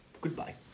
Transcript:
Goodbye